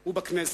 הוא בכנסת.